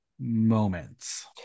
moments